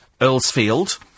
Earlsfield